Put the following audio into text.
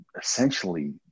essentially